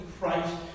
Christ